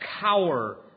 cower